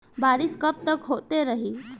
बरिस कबतक होते रही?